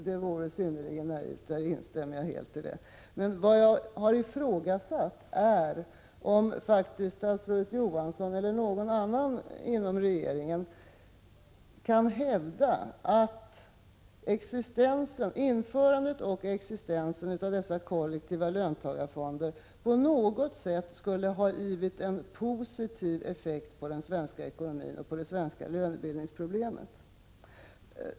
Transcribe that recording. Det vore synnerligen naivt att tro så — det instämmer jag i. Men — jag har ifrågasatt är om statsrådet Johansson eller någon annan inom regerigen kan hävda att införandet och existensen av dessa kollektiva löntagarfonder på något sätt gett en positiv effekt på den svenska ekonomin och det svenska lönebildningsproblemet.